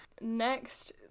Next